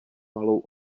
malou